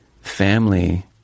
family